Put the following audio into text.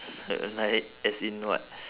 uh like as in what